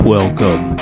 Welcome